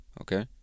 Okay